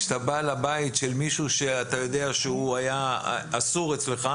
כשאתה בא לבית של מישהו שאתה יודע שהוא היה אסור אצלך,